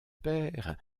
père